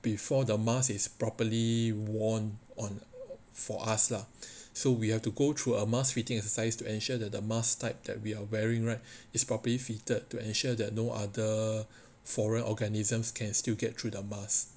before the mask is properly worn on for us lah so we have to go through a mask fitting exercise to ensure that the mask type that we are wearing right is properly fitted to ensure that no other foreign organisms can still get through the mask